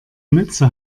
mütze